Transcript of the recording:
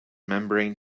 membrane